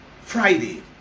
Friday